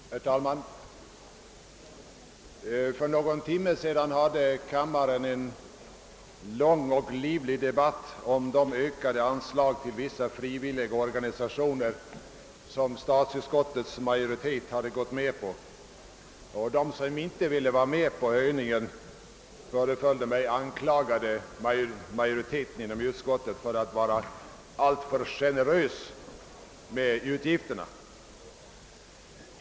Herr talman! För någon timme sedan hade kammaren en lång och livlig debatt om ökade anslag till vissa frivilliga organisationer som statsutskottets majoritet hade gått med på. De som inte ville vara med på höjningen, föreföll det mig, anklagade majoriteten inom utskottet för att vara alltför generös med utgifterna.